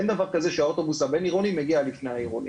אין דבר כזה שהאוטובוס הבינעירוני מגיע לפני העירוני,